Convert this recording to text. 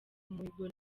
umuhigo